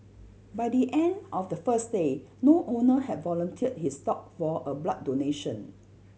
by the end of the first day no owner had volunteered his dog for a blood donation